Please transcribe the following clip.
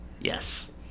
Yes